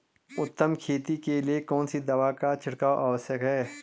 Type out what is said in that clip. उत्तम खेती के लिए कौन सी दवा का छिड़काव आवश्यक है?